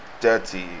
dirty